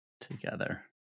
together